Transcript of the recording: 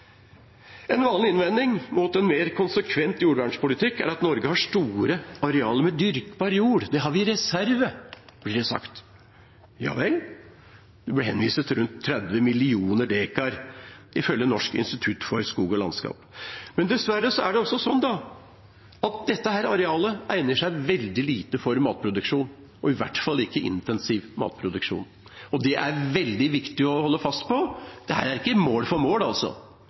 En vanlig innvending mot en mer konsekvent jordvernpolitikk er at Norge har store arealer med dyrkbar jord. Det har vi i reserve, blir det sagt. Ja vel? Det blir henvist til rundt 30 millioner dekar ifølge Norsk institutt for skog og landskap. Men det er dessverre sånn at dette arealet egner seg veldig dårlig til matproduksjon, og i hvert fall ikke til intensiv matproduksjon. Dette er det veldig viktig å holde fast på; dette er ikke mål for mål.